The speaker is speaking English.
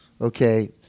Okay